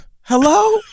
Hello